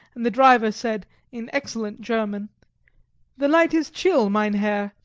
and the driver said in excellent german the night is chill, mein herr,